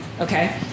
okay